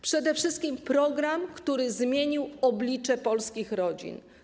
Przede wszystkim jest to program, który zmienił oblicze polskich rodzin.